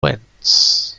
vents